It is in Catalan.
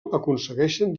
aconsegueixen